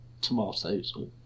tomatoes